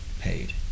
paid